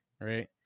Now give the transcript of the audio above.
right